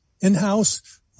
in-house